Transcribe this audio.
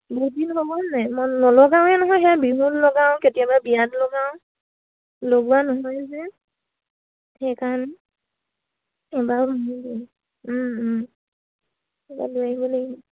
বহুতদিন নলগাওে নহয় সেই বিহুত লগাওঁ কেতিয়াবা বিয়াত লগাওঁ লগোৱা নহয় যে